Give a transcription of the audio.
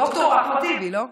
ד"ר אחמד טיבי, לא?